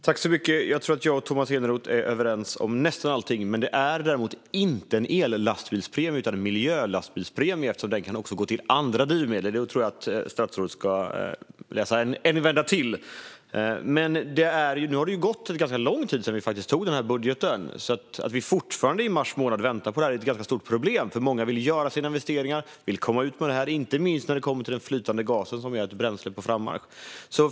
Fru talman! Jag tror att jag och Tomas Eneroth är överens om nästan allt här. Men det är inte en ellastbilspremie utan en miljölastbilspremie eftersom den kan gå även till andra drivmedel. Jag tror att statsrådet ska läsa på en vända till. Nu har det gått ganska lång tid sedan vi antog budgeten. Att vi fortfarande i mars månad väntar på det här är ett ganska stort problem. Många vill göra sina investeringar och komma ut med det här. Det gäller framför allt den flytande gasen som är ett bränsle på frammarsch.